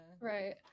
right